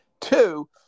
Two